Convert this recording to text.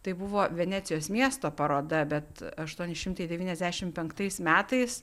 tai buvo venecijos miesto paroda bet aštuoni šimtai devyniasdešim penktais metais